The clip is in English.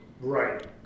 Right